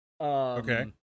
Okay